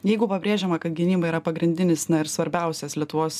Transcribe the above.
jeigu pabrėžiama kad gynyba yra pagrindinis na ir svarbiausias lietuvos